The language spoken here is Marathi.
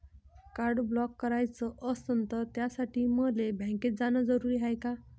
कार्ड ब्लॉक कराच असनं त त्यासाठी मले बँकेत जानं जरुरी हाय का?